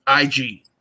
IG